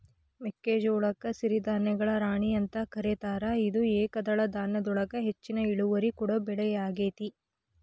ಮೆಕ್ಕಿಜೋಳಕ್ಕ ಸಿರಿಧಾನ್ಯಗಳ ರಾಣಿ ಅಂತ ಕರೇತಾರ, ಇದು ಏಕದಳ ಧಾನ್ಯದೊಳಗ ಹೆಚ್ಚಿನ ಇಳುವರಿ ಕೊಡೋ ಬೆಳಿಯಾಗೇತಿ